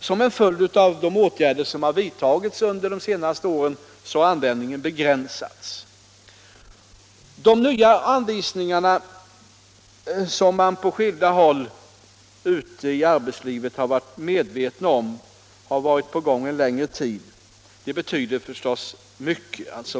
Som en följd av de åtgärder som vidtagits under de senaste åren har användningen begränsats. De nya anvisningarna, som man på skilda håll ute i arbetslivet vetat var på gång sedan en längre tid, betyder förstås mycket.